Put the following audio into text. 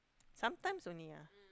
sometimes only ah